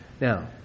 Now